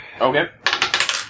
Okay